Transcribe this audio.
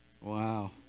Wow